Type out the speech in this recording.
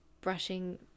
brushing